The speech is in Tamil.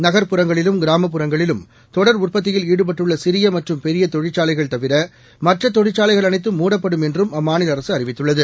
நகர்ப்புறங்களிலும் கிராமப்புறங்களிலும் தொடர் உற்பத்தியில் ஈடுபட்டுள்ள சிறிய மற்றும் பெரிய தொழிற்சாலைகள் தவிர மற்ற தொழிற்சாலைகள் அனைத்தும் மூடப்படும் என்றும் அம்மாநில அரசு அறிவித்துள்ளது